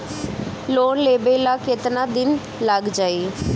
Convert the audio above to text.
Loan लेबे ला कितना दिन लाग जाई?